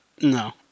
no